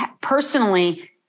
personally